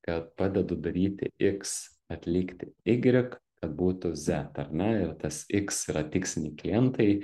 kad padedu daryti iks atlikti igrik kad būtų zet ar ne ir tas iks yra tiksliniai klientai